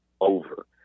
over